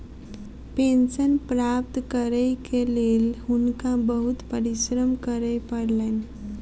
pension प्राप्त करैक लेल हुनका बहुत परिश्रम करय पड़लैन